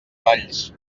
valls